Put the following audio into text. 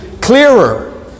clearer